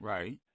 Right